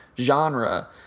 genre